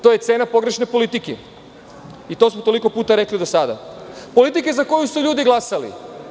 To je cena pogrešne politike i to smo toliko puta rekli do sada, politike za koju su ljudi glasali.